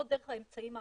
לא דרך האמצעים האחרים,